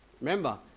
Remember